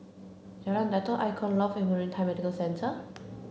Jalan Datoh Icon Loft and Maritime Medical Centre